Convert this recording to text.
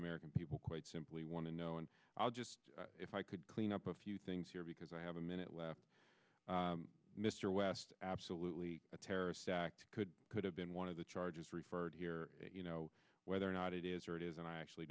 american people quite simply want to know and i'll just if i could clean up a few things here because i have a minute left mr west absolutely a terrorist act could could have been one of the charges referred here you know whether or not it is or it isn't i actually